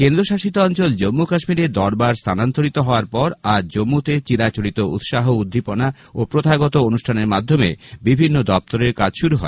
কেন্দ্রশসিত অঞ্চল জম্মু কাশ্মীরে দরবার স্থানান্তরিত হওয়ার পর আজ জম্মুতে চিরাচরিত উৎসাহ উদ্দীপনা ও প্রথাগত অনুষ্ঠানের মাধ্যমে বিভিন্ন দপ্তরের কাজ শুরু হয়